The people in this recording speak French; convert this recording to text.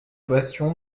bastions